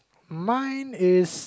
mine is